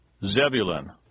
Zebulun